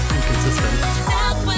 Inconsistent